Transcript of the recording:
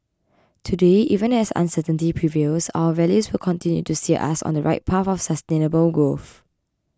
today even as uncertainty prevails our values will continue to steer us on the right path of sustainable growth